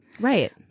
right